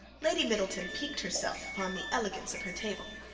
lady middleton piqued herself upon the elegance of her table,